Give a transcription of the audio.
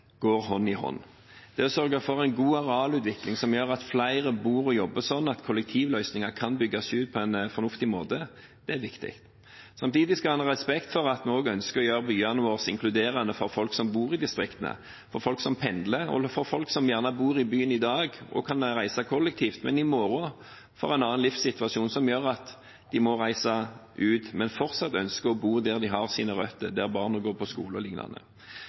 går hånd i hånd. Det å sørge for en god arealutvikling som gjør at flere bor og jobber slik at kollektivløsninger kan bygges ut på en fornuftig måte, er viktig. Samtidig skal en ha respekt for at vi også ønsker å gjøre byene våre inkluderende for folk som bor i distriktene, for folk som pendler, og for folk som gjerne bor i byen i dag og kan reise kollektivt, men som i morgen får en annen livssituasjon, som gjør at de må reise ut, men fortsatt ønsker å bo der de har sine røtter, der barna går på skole,